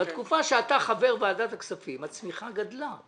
בתקופה שאתה חבר ועדת הכספים הצמיחה גדלה.